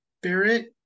spirit